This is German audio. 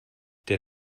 der